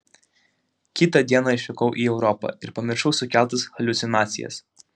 kitą dieną išvykau į europą ir pamiršau sukeltas haliucinacijas